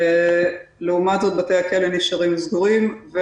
ולעומת זאת בתי הכלא נשארים סגורים.